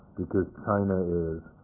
because china is